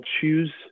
choose